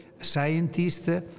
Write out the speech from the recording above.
scientists